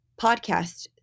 podcast